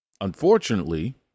Unfortunately